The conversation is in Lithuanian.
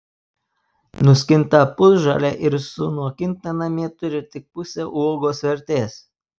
nuskinta pusžalė ir sunokinta namie turi tik pusę uogos vertės